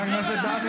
מי אתם בכלל?